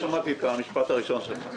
לא שמעתי את המשפט האחרון שלך.